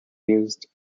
used